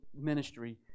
ministry